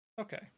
Okay